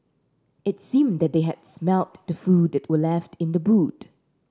it seemed that they had smelt the food that were left in the boot